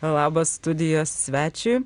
labas studijos svečiui